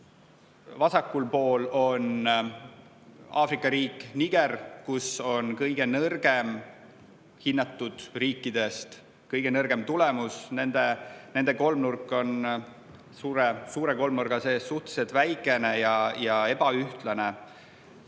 Vasakul pool on Aafrika riik Niger, kus on hinnatud riikidest kõige nõrgem tulemus. Nende kolmnurk on suure kolmnurga sees suhteliselt väikene ja ebaühtlane.